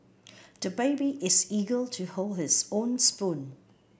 the baby is eager to hold his own spoon